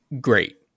great